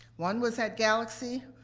one was at galaxy.